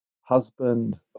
husband